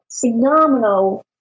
phenomenal